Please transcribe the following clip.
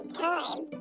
time